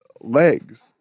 legs